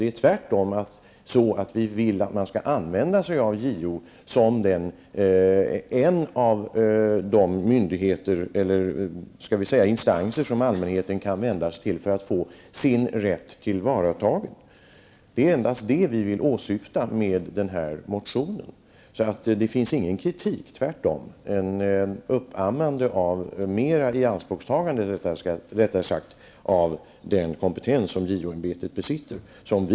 Det är tvärtom så att vi vill att man skall använda JO som en av de instanser som allmänheten kan vända sig till för att få sin rätt tillvaratagen. Det är endast det vi vill åsyfta med den här motionen -- mera ianspråkstagande av den kompetens som JO